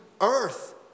earth